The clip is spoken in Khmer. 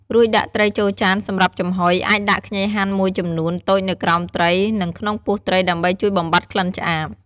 រួចដាក់ត្រីចូលចានសម្រាប់ចំហុយ អាចដាក់ខ្ញីហាន់មួយចំនួនតូចនៅក្រោមត្រី និងក្នុងពោះត្រីដើម្បីជួយបំបាត់ក្លិនឆ្អាប។